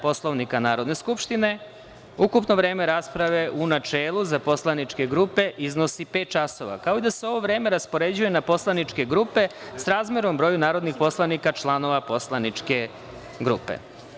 Poslovnika Narodne skupštine, ukupno vreme rasprave u načelu za poslaničke grupe iznosi pet časova, kao i da se ovo vreme raspoređuje na poslaničke grupe srazmerno broju narodnih poslanika članova poslaničke grupe.